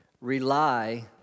rely